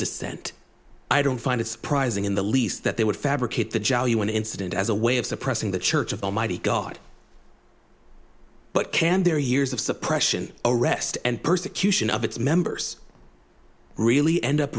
dissent i don't find it surprising in the least that they would fabricate the jalur one incident as a way of suppressing the church of almighty god but can their years of suppression arrest and persecution of its members really end up